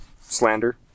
slander